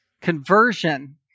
conversion